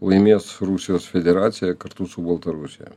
laimės rusijos federacija kartu su baltarusija